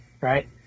right